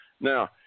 Now